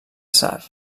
tsar